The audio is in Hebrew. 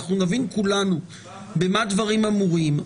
אנחנו נבין כולנו במה דברים אמורים,